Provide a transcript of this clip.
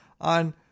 on